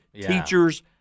teachers